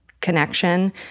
connection